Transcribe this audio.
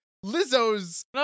Lizzo's